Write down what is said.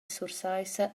sursaissa